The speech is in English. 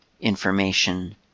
information